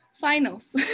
finals